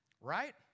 right